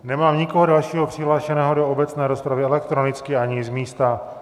Nemám nikoho dalšího přihlášeného do obecné rozpravy elektronicky ani z místa.